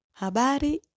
Habari